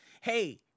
hey